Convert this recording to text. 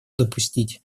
допустить